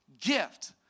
gift